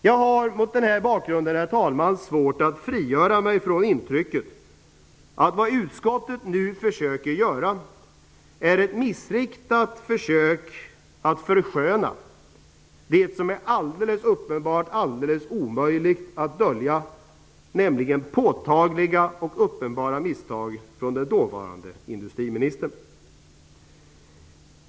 Jag har mot denna bakgrund, herr talman, svårt att frigöra mig från intrycket att vad utskottet nu försöker göra är ett missriktat försök att försköna det som alldeles uppenbart är helt omöjligt att dölja, nämligen påtagliga och uppenbara misstag från den dåvarande industriministern.